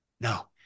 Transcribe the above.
No